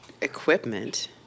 Equipment